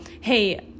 hey